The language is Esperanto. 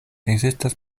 ekzistas